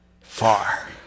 far